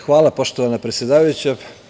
Hvala, poštovana predsedavajuća.